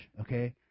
okay